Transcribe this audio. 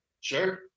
Sure